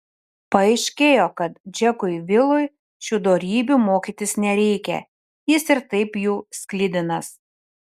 paaiškėjo kad džekui vilui šių dorybių mokytis nereikia jis ir taip jų sklidinas